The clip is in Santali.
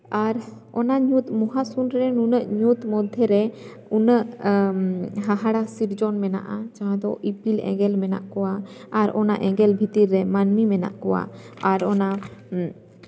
ᱟᱨ ᱚᱱᱟ ᱧᱩᱛ ᱢᱟᱦᱟᱥᱩᱱ ᱨᱮ ᱱᱩᱱᱟᱹᱜ ᱧᱩᱛ ᱢᱚᱫᱽᱫᱷᱮ ᱨᱮ ᱩᱱᱟᱹᱜ ᱦᱟᱦᱟᱲᱟ ᱥᱤᱨᱡᱚᱱ ᱢᱮᱱᱟᱜᱼᱟ ᱡᱟᱦᱟᱸ ᱫᱚ ᱤᱯᱤᱞ ᱮᱸᱜᱮᱞ ᱢᱮᱱᱟᱜ ᱠᱚᱣᱟ ᱟᱨ ᱚᱱᱟ ᱮᱸᱜᱮᱞ ᱵᱷᱤᱛᱤᱨ ᱨᱮ ᱢᱟᱹᱱᱢᱤ ᱢᱮᱱᱟᱜ ᱠᱚᱣᱟ ᱟᱨ ᱚᱱᱟ